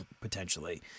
potentially